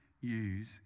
use